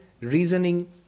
reasoning